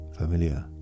familiar